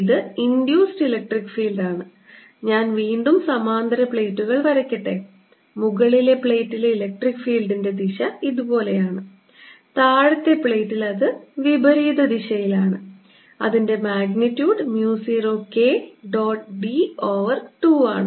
ഇത് induced electric field ആണ് ഞാൻ വീണ്ടും സമാന്തര പ്ലേറ്റുകൾ വരക്കട്ടെ മുകളിലെ പ്ലേറ്റിലെ ഇലക്ട്രിക് ഫീൽഡിന്റെ ദിശ ഇതുപോലെയാണ് താഴത്തെ പ്ലേറ്റിൽ അത് വിപരീത ദിശയിലാണ് അതിന്റെ magnitude mu 0 K dot d over 2 ആണ്